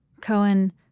Cohen